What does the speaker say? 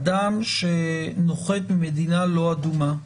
אדם שנוחת ממדינה לא אדומה,